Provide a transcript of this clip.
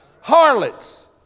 harlots